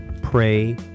Pray